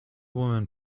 woman